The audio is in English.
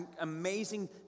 amazing